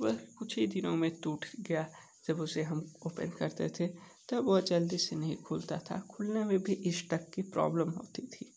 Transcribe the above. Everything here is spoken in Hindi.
वह कुछ ही दिनों में टूट गया जब उसे हम ओपन करते थे तब वो जल्दी से नहीं खुलता था खुलने में भी इष्टक की प्रोब्लम होती थी